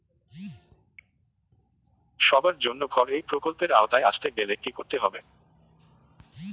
সবার জন্য ঘর এই প্রকল্পের আওতায় আসতে গেলে কি করতে হবে?